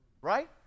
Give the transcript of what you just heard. Right